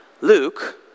Luke